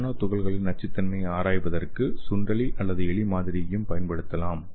நானோ துகள்களின் நச்சுத்தன்மையைப் ஆராய்வதற்கு சுண்டெலி அல்லது எலி மாதிரியையும் பயன்படுத்தலாம்